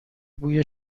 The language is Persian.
بوی